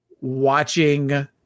watching